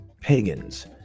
pagans